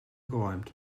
geräumt